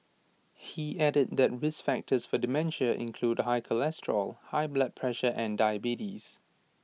he added that risk factors for dementia include high cholesterol high blood pressure and diabetes